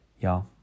Y'all